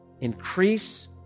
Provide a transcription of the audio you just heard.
increase